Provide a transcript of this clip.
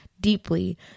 deeply